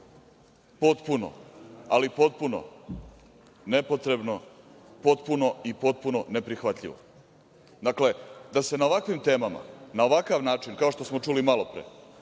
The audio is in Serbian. Potpuno, ali potpuno, nepotrebno i potpuno neprihvatljivo. Dakle, da se na ovakvim temama i na ovakav način, kao što smo čuli malopre,